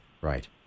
right